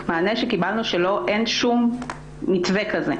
המענה שקיבלנו שאין שום מתווה כזה.